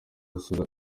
asubiza